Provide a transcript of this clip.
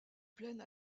plaine